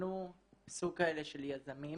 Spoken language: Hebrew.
אנחנו סוג כאלה של יזמים.